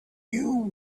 you